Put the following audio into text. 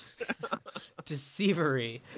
deceivery